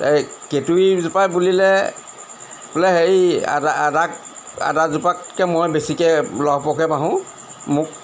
এই কেঁতুৰীজোপাই বুলিলে বোলে হেৰি আদাক আদা আদা জোপাতকৈ মই বেছিকৈ লহপহকৈ বাঢ়ো মোক